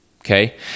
Okay